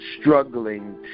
struggling